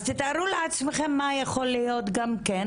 אז תתארו לעצמכן מה יכול להיות גם כן,